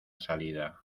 salida